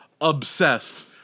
obsessed